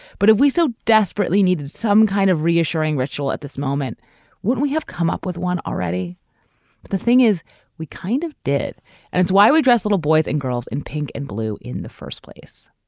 but if we so desperately need some kind of reassuring ritual at this moment wouldn't we have come up with one already but the thing is we kind of did and it's why we dress little boys and girls in pink and blue in the first place